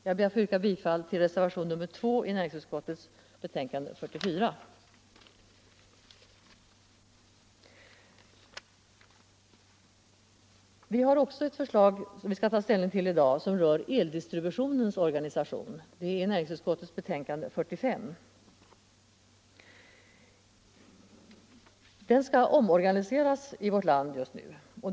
Jag ber att få yrka bifall till reservationen 2 vid näringsutskottets betänkande nr 44. Vi skall i dag också ta ställning till ett förslag som rör eldistributionens organisation, näringsutskottets betänkande nr 45. Eldistributionen i vårt land skall just nu omorganiseras.